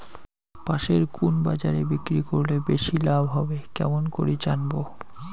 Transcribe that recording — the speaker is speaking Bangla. পাশের কুন বাজারে বিক্রি করিলে বেশি লাভ হবে কেমন করি জানবো?